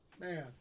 Man